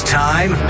time